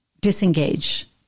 disengage